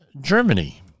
Germany